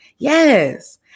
Yes